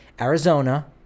arizona